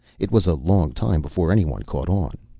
it was a long time before anyone caught on.